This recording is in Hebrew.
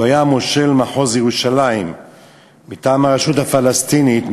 שהיה מושל מחוז ירושלים מטעם הרשות הפלסטינית,